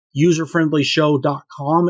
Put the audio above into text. Userfriendlyshow.com